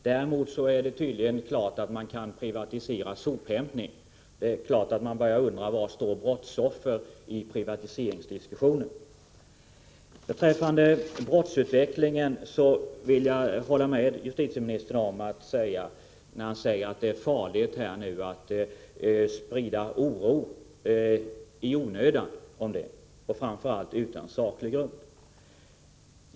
Däremot är det klart att man kan privatisera sophämtning. Det är givet att man börjar undra hur brottsoffren bedöms i privatiseringsdiskussionen. Beträffande brottsutvecklingen vill jag understryka att jag håller med justitieministern när han säger att det är farligt att sprida oro i onödan och framför allt utan saklig grund.